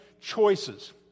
choices